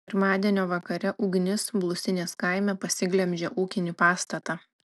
pirmadienio vakare ugnis blusinės kaime pasiglemžė ūkinį pastatą